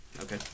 Okay